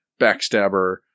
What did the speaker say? backstabber